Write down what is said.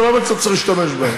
זה לא אומר שאתה צריך להשתמש בהן.